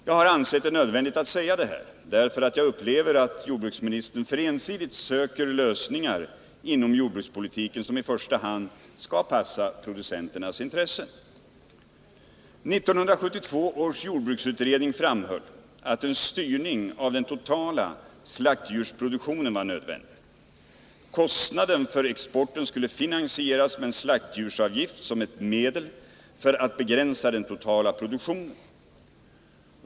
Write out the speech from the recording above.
Jag har ansett det nödvändigt att säga detta därför att jag upplever att jordbruksministern inom jordbrukspolitiken för ensidigt söker lösningar som i första hand skall passa producenternas intressen. 1972 års jordbruksutredning framhöll att en styrning av den totala slaktdjursproduktionen var nödvändig. Kostnaden för exporten skulle finansieras med en slaktdjursavgift som ett medel för att begränsa den totala produktionen.